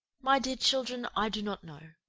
my dear children, i do not know.